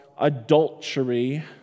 adultery